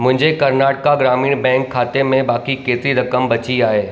मुंहिंजे कर्नाटका ग्रामीण बैंक खाते में बाक़ी केतिरी रक़म बची आहे